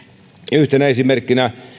yhtenä esimerkkinä